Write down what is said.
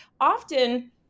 often